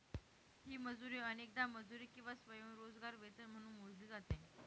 ही मजुरी अनेकदा मजुरी किंवा स्वयंरोजगार वेतन म्हणून मोजली जाते